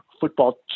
football